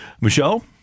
Michelle